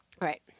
right